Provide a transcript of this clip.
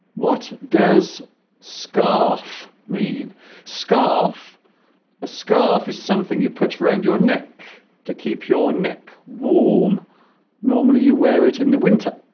what does scarf mean scarf a scarf is something you put around your neck to keep your neck warm normally you wear it in the winter